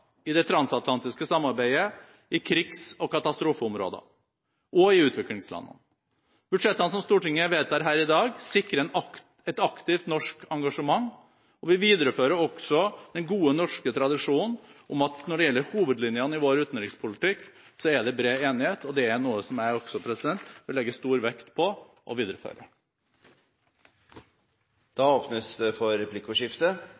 i det transatlantiske samarbeidet, i krigs- og katastrofeområder og i utviklingslandene. Budsjettene som Stortinget vedtar i dag, sikrer et aktivt norsk engasjement. Vi viderefører også den gode norske tradisjonen om at når det gjelder hovedlinjene i vår utenrikspolitikk, er det bred enighet, og det er noe som jeg også vil legge stor vekt på å videreføre.